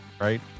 Right